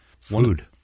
Food